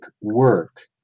work